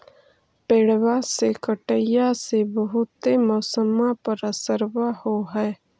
पेड़बा के कटईया से से बहुते मौसमा पर असरबा हो है?